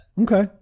Okay